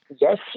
Yes